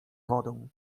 wodą